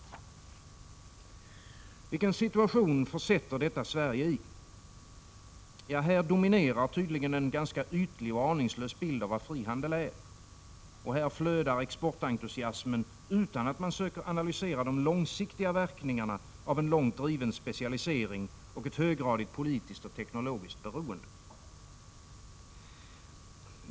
Vilken situation försätter detta Sverige i? Här dominerar tydligen en ganska ytlig och aningslös bild av vad frihandel är. Här flödar exportentusiasmen utan att man söker analysera de långsiktiga verkningarna av en långt driven specialisering och ett höggradigt politiskt och teknologiskt beroende.